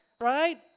right